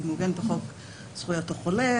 היא מוגנת בחוק זכויות החולה,